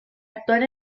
actuar